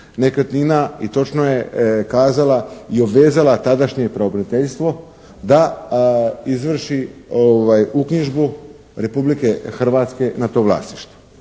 nekretnina i točno je kazala i obvezala tadašnje pravobraniteljstvo da izvrši uknjižbu Republike Hrvatske na to vlasništvo.